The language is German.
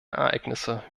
ereignisse